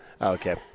Okay